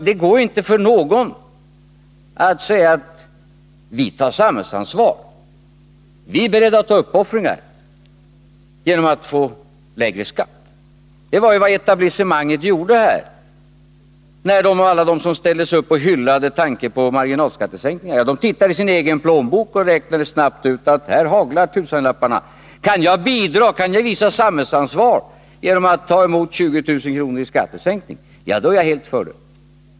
Det går inte för någon att säga: Vi är beredda att ta samhällsansvar, vi är beredda att göra uppoffringar vid lägre skatt. Det var vad etablissemanget gjorde. De som ställde sig upp och hyllade tanken på en marginalskattesänkning tittade i sin egen plånbok och räknade snabbt ut: Här haglar tusenlapparna. Kan jag visa samhällsansvar genom att tiska åtgärder konsumtionen leder till en ökning av investeringarna, hur kan han då tiska åtgärder ta emot 20 000 kr. i skattesänkning, då är jag helt för det.